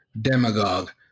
demagogue